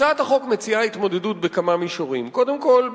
הצעת החוק מציעה התמודדות בכמה מישורים: קודם כול,